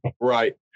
Right